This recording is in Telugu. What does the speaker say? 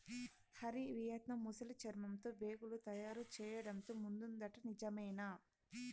హరి, వియత్నాం ముసలి చర్మంతో బేగులు తయారు చేయడంతో ముందుందట నిజమేనా